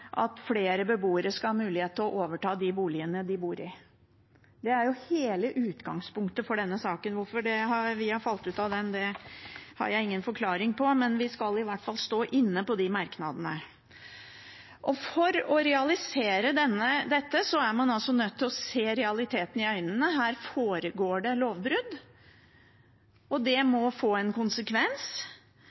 at flere beboere skal ha mulighet til å overta de boligene de bor i. Det er jo hele utgangspunktet for denne saken. Hvorfor vi har falt ut av den merknaden, har jeg ingen forklaring på, men vi skal i hvert fall stå inne i den. For å realisere dette er man nødt til å se realiteten i øynene. Her foregår det lovbrudd, og det må få en konsekvens.